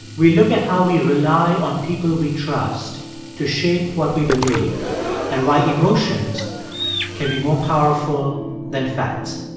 we look at how we rely on people we trust to shape what we believe and why emotions can be more powerful than facts